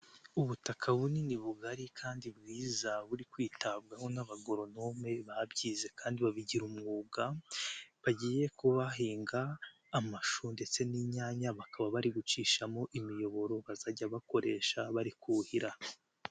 Ubutaka bunini bugari kandi bwiza buri kwitabwaho n'abagoronome babyize kandi babigira umwuga bagiye kubahinga amashu ndetse n'inyanya bakaba bari gucishamo imiyoboro bazajya bakoresha bari kuhira.